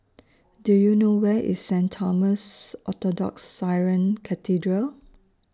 Do YOU know Where IS Saint Thomas Orthodox Syrian Cathedral